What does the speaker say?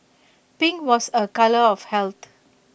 pink was A colour of health